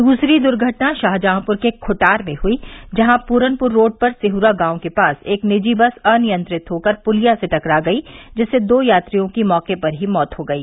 दूसरी दुर्घटना शाहजहांपुर के खुटार में हुई जहां पूरनपुर रोड पर सिहुरा गांव के पास एक निजी बस अनियंत्रित होकर पुलिया से टकरा गई जिससे दो यात्रियों की मौके पर ही मौत हो गई